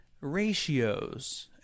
ratios